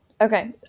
Okay